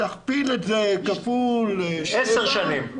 תכפיל את זה כפול 10 שנים.